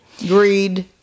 Greed